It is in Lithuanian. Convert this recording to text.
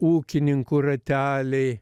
ūkininkų rateliai